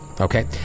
Okay